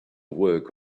work